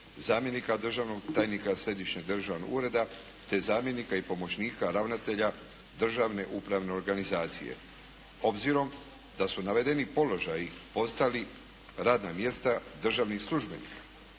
zamjenika državnog tajnika središnjeg državnog ureda te zamjenika i pomoćnika ravnatelja državne upravne organizacije. Obzirom da su navedeni položaji postali radna mjesta državnih službenika,